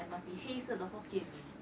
and must be 黑色的 hokkien mee